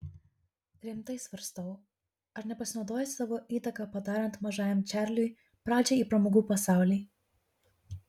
rimtai svarstau ar nepasinaudojus savo įtaka padarant mažajam čarliui pradžią į pramogų pasaulį